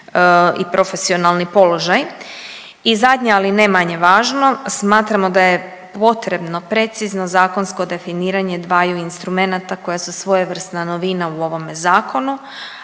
i profesionalni položaj. I zadnje, ali ne manje važno, smatramo da je potrebno precizno zakonsko definiranje dvaju instrumenata koja su svojevrsna novina u ovome zakonu,